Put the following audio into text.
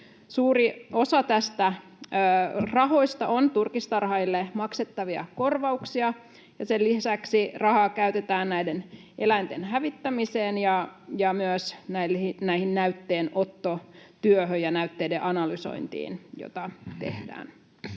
Suuri osa näistä rahoista on turkistarhaajille maksettavia korvauksia, ja sen lisäksi rahaa käytetään näiden eläinten hävittämiseen ja myös näytteenottotyöhön ja näytteiden analysointiin, joita tehdään.